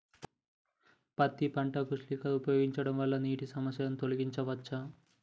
పత్తి పంటకు స్ప్రింక్లర్లు ఉపయోగించడం వల్ల నీటి సమస్యను తొలగించవచ్చా?